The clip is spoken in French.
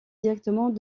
directement